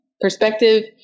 perspective